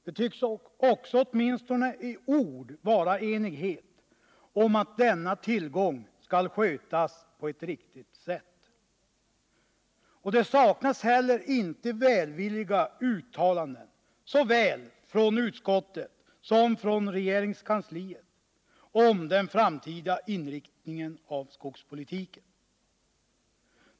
Det tycks också, åtminstone i ord, vara enighet om att denna tillgång skall skötas på ett riktigt sätt. Det saknas heller inte välvilliga uttalanden vare sig från utskottet eller från regeringskansliet om den framtida inriktningen av skogspolitiken.